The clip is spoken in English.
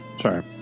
Sorry